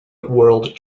world